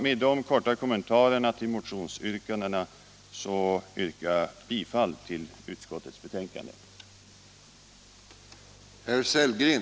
Med dessa korta kommentarer till motionsyrkandena vill jag yrka bifall till utskottets hemställan.